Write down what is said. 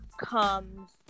comes